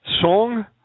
Song